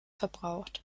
verbraucht